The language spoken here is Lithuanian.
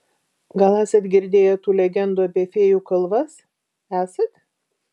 gal esat girdėję tų legendų apie fėjų kalvas esat